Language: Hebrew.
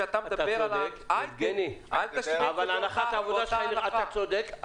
כשאתה מדבר על --- יבגני --- אל תשווה את --- אתה צודק,